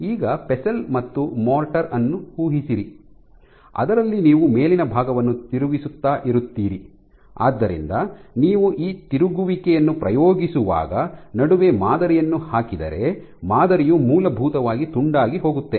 ಈಗ ಪೆಸೆಲ್ ಮತ್ತು ಮೋರ್ಟರ್ ಅನ್ನು ಊಹಿಸಿರಿ ಅದರಲ್ಲಿ ನೀವು ಮೇಲಿನ ಭಾಗವನ್ನು ತಿರುಗಿಸುತ್ತಾ ಇರುತ್ತೀರಿ ಆದ್ದರಿಂದ ನೀವು ಈ ತಿರುಗುವಿಕೆಯನ್ನು ಪ್ರಯೋಗಿಸುವಾಗ ನಡುವೆ ಮಾದರಿಯನ್ನು ಹಾಕಿದರೆ ಮಾದರಿಯು ಮೂಲಭೂತವಾಗಿ ತುಂಡಾಗಿ ಹೋಗುತ್ತೆ